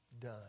done